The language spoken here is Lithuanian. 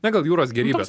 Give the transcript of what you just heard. na gal jūros gėrybės